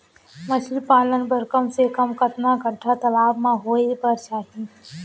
मछली पालन बर कम से कम कतका गड्डा तालाब म होये बर चाही?